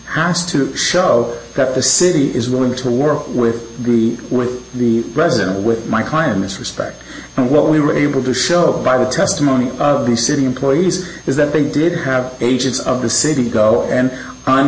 has to show that the city is willing to work with the with the president with my clients respect and what we were able to show by the testimony of the city employees is that they did have agents of the city go on and